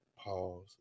pause